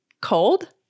Cold